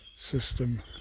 system